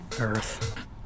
Earth